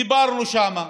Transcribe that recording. דיברנו שם,